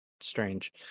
strange